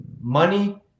money